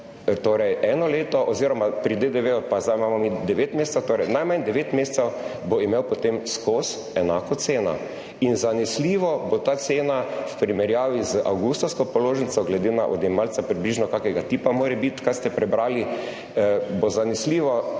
torej eno leto, oziroma pri DDV pa imamo mi zdaj 9 mesecev, torej najmanj 9 mesecev bo imel potem vedno enako ceno. Zanesljivo bo ta cena v primerjavi z avgustovsko položnico, glede na odjemalca, približno takega tipa mora biti, kot ste prebrali, bo zanesljivo kakih